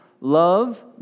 Love